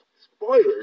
Spoilers